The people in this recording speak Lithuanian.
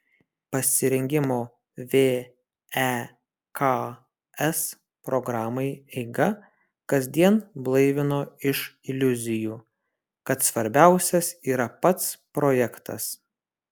pasirengimo veks programai eiga kasdien blaivino iš iliuzijų kad svarbiausias yra pats projektas